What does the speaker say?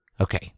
okay